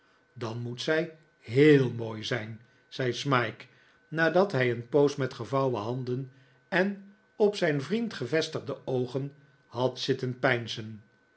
dan moet zij heel mooi zijn zei smike nadat hij een poos met gevouwen handen en op zijn vriend gevestigde oogen had zitten